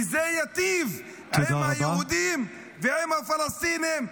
וזה יטיב עם היהודים ועם הפלסטינים.